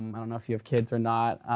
um i don't know if you have kids or not,